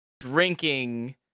drinking